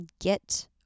get